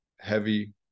heavy